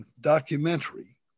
documentary